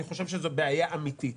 אני חושב שזאת בעיה אמיתית.